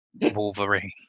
Wolverine